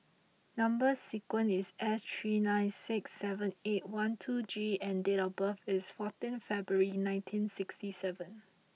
number sequence is S three nine six seven eight one two G and date of birth is fourteen February nineteen sixty seven